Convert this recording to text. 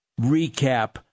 recap